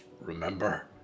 remember